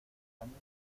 camino